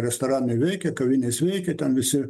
restoranai veikia kavinės veikia ten visi